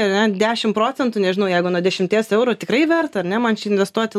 ane dešimt procentų nežinau jeigu nuo dešimties eurų tikrai verta ane man čia investuoti